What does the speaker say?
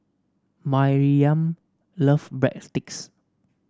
Maryam love Breadsticks